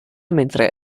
mentre